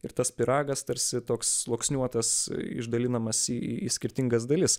ir tas pyragas tarsi toks sluoksniuotas išdalinamas į į skirtingas dalis